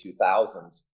2000s